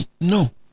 No